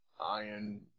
Iron